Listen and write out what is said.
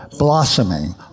blossoming